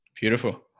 Beautiful